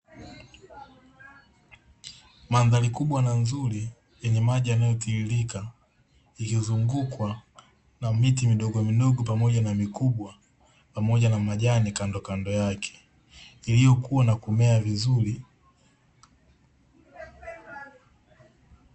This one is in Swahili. Mandhari kubwa na uzuri yenye maji yanayotiririka, ikizungukwa na miti midogo midogo pamoja na mikubwa, pamoja na majani kando kando yake iliyokuwa na kumea vizuri.